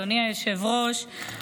אדוני היושב-ראש,